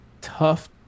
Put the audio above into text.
tough